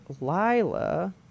Lila